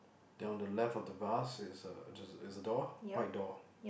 then on the left of the vase is a just is a door white door